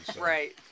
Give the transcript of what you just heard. Right